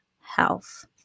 health